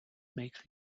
makes